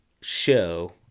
show